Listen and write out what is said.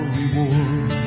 reward